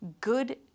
good